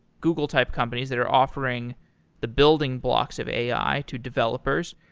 google type companies that are offering the building blocks of a i. to developers.